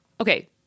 Okay